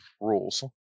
rules